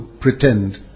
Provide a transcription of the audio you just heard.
pretend